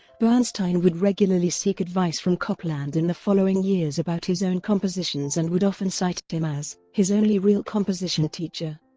bernstein would regularly seek advice from copland in the following years about his own compositions and would often cite him as his only real composition teacher.